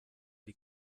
die